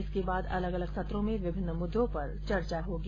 इसके बाद अलग अलग सत्रों में विभिन्न मुद्दों पर चर्चो होगी